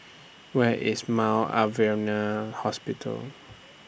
Where IS Mount Alvernia Hospital